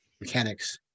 mechanics